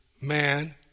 man